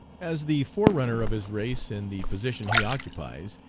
as the forerunner of his race in the position he occupies,